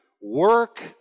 work